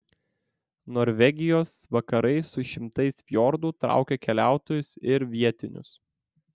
norvegijos vakarai su šimtais fjordų traukia keliautojus ir vietinius